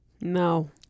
No